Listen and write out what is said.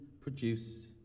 produce